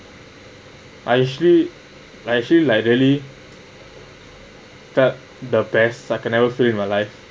I actually I actually like really that the best second I ever feel in my life